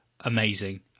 amazing